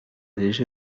déjà